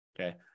Okay